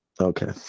Okay